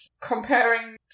comparing